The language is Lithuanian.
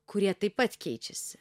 kurie taip pat keičiasi